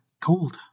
cold